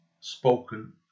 spoken